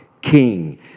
king